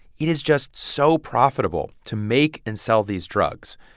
it is just so profitable to make and sell these drugs.